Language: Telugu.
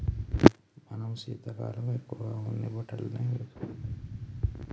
మనం శీతాకాలం ఎక్కువగా ఉన్ని బట్టలనే వేసుకుంటాం కదా